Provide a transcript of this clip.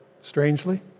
strangely